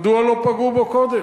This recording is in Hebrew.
מדוע לא פגעו בו קודם?